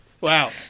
Wow